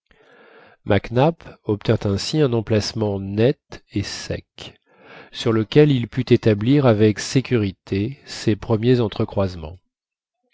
nap obtint ainsi un emplacement net et sec sur lequel il put établir avec sécurité ses premiers